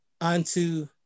unto